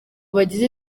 bagize